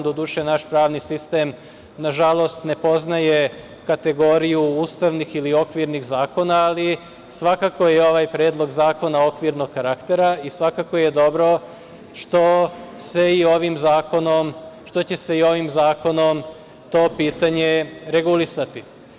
Doduše, naš pravni sistem, nažalost, ne poznaje kategoriju ustavnih ili okvirnih zakona, ali svakako je i ovaj predlog zakona okvirnog karaktera i svakako je dobro što će se i ovim zakonom to pitanje regulisati.